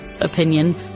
opinion